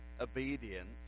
obedience